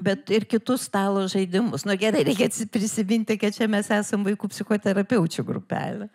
bet ir kitus stalo žaidimus nu gerai reikia atsi prisiminti kad čia mes esam vaikų psichoterapeučių grupelė